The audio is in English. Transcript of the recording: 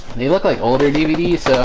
they look like older dvds, so